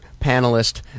panelist